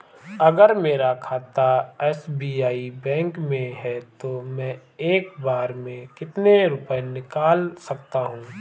अगर मेरा खाता एस.बी.आई बैंक में है तो मैं एक बार में कितने रुपए निकाल सकता हूँ?